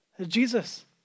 Jesus